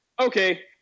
okay